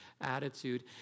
attitude